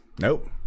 Nope